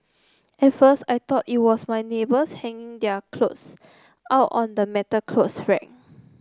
at first I thought it was my neighbours hanging their clothes out on the metal clothes rack